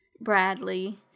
bradley